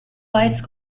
vice